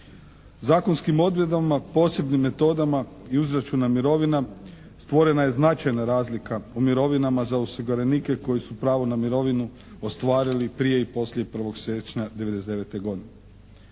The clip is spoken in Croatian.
Zakonskim odredbama posebnim metodama i izračuna mirovina stvorena je značajna razlika u mirovinama za osiguranike koji su pravo na mirovinu ostvarili prije i poslije 1. siječnja '99. godine.